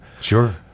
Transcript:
Sure